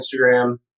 Instagram